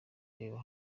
reba